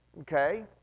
Okay